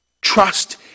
Trust